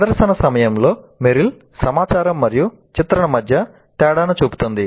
ప్రదర్శన సమయంలో మెరిల్ సమాచారం మరియు చిత్రణ మధ్య తేడాను చూపుతుంది